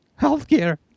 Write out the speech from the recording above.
Healthcare